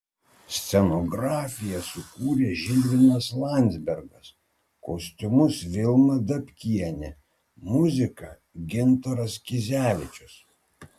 scenografiją sukūrė žilvinas landzbergas kostiumus vilma dabkienė muziką gintaras kizevičius